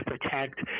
protect